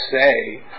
say